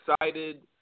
excited